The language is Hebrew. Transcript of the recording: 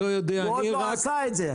הוא עוד לא עשה את זה.